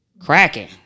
Cracking